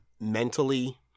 mentally